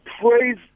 praise